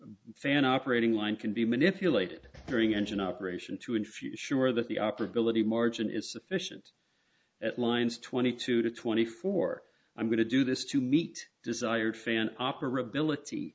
fan operating line can be manipulated during engine operation to infuse sure that the operability margin is sufficient at lines twenty two to twenty four i'm going to do this to meet desired fan operability